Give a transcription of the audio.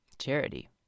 charity